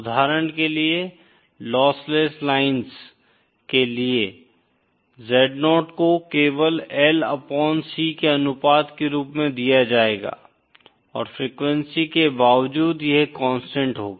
उदाहरण के लिए लॉसलेस लाइन्स के लिए Z0 को केवल L अपॉन C के अनुपात के रूप में दिया जाएगा और फ्रीक्वेंसी के बावजूद यह कांस्टेंट होगा